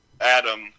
Adam